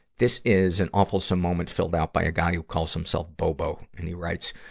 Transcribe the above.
this is an awfulsome moment filled out by a guy who calls himself bobo. and he writes,